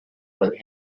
right